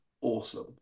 awesome